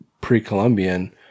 pre-Columbian